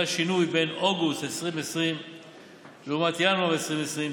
השינוי בין אוגוסט 2020 לעומת ינואר 2020,